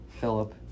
Philip